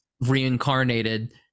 reincarnated